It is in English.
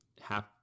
half